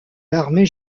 l’armée